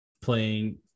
playing –